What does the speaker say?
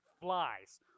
flies